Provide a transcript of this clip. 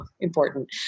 important